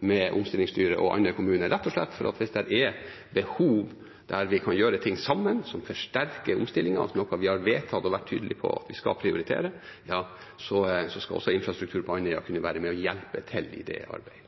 med omstillingsstyret og Andøya kommune – rett og slett fordi hvis det er behov der vi kan gjøre ting sammen som forsterker omstillingen, altså noe vi har vedtatt og vært tydelige på at vi skal prioritere, skal også infrastruktur på Andøya kunne være med og hjelpe til i det arbeidet.